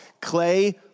clay